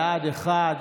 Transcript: בעד,